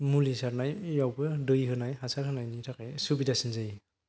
मुलि सारनायावबो दै होनाय हासार होनायनि थाखाय सुबिदासिन जायो